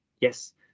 Yes